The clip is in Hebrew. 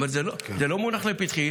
הוא אומר: זה לא מונח לפתחי.